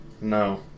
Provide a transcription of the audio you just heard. No